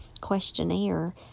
Questionnaire